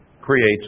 creates